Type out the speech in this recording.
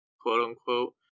quote-unquote